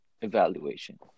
evaluation